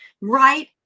right